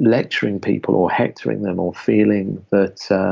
lecturing people, or hectoring them, or feeling that.